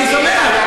אני שמח,